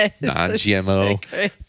non-GMO